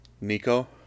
Nico